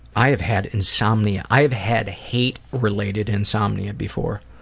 i have had insomnia, i have had hate-related insomnia before.